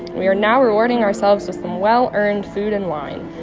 we are now rewarding ourselves with some well-earned food and wine.